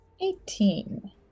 Eighteen